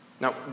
Now